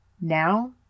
now